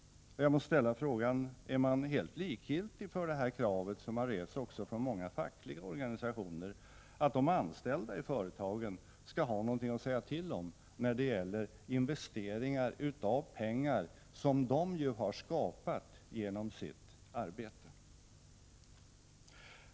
Jag måste ställa frågan: Är man helt likgiltig för det kravet, som har rests från många fackliga organisationer, att de anställda i företagen skall ha någonting att säga till om när det gäller investeringar av pengar som de har skapat genom sitt arbete?